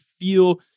feel